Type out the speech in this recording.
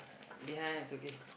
behind is okay